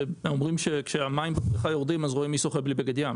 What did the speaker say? אומרים שכשהמים בבריכה יורדים אז רואים מי שוחה בלי בגד ים